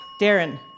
Darren